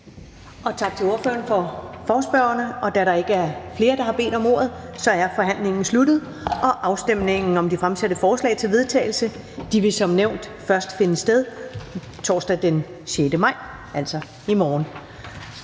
Tak til ordføreren for forespørgerne. Da der ikke er flere, der har bedt om ordet, er forhandlingen sluttet. Afstemningen om de fremsatte forslag til vedtagelse vil som nævnt først finde sted torsdag den 6. maj 2021, altså i morgen.